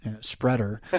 spreader